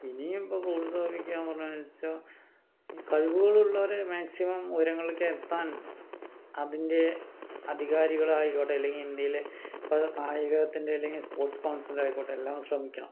ഇനിയും ഇപ്പോൾ പ്രോത്സാഹിപ്പിക്കാൻ പറഞ്ഞാന്നു വെച്ച കഴിവുകളുള്ളവരെ മാക്സിമം ഉയരങ്ങളിലേക്ക് എത്താൻ അതിൻ്റെ അധികാരികളായിക്കോട്ടെ അല്ലെങ്കിൽ ഇന്ത്യയില് ഇപ്പോൾ കായികത്തിൻ്റെ അല്ലെങ്കിൽ സ്പോർട്സിൻ്റെ കൗൺസിലായിക്കോട്ടെ എല്ലാം ശ്രമിക്കണം